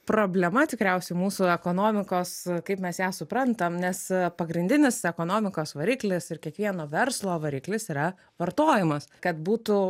problema tikriausiai mūsų ekonomikos kaip mes ją suprantam nes pagrindinis ekonomikos variklis ir kiekvieno verslo variklis yra vartojimas kad būtų